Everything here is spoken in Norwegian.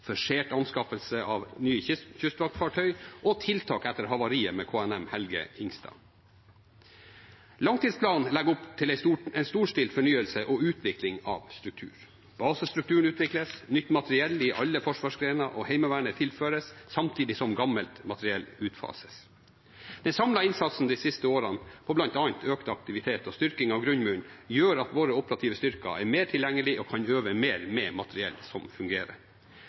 forsert anskaffelse av nye kystvaktfartøy og tiltak etter havariet med KNM «Helge Ingstad». Langtidsplanen legger opp til en storstilt fornyelse og utvikling av struktur. Basestrukturen utvikles, nytt materiell i alle forsvarsgrener og Heimevernet tilføres, samtidig som gammelt materiell utfases. Den samlede innsatsen de siste årene på bl.a. økt aktivitet og styrking av grunnmuren gjør at våre operative styrker er mer tilgjengelige og kan øve mer med materiell som fungerer.